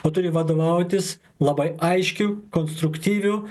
o turi vadovautis labai aiškiu konstruktyviu